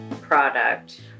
product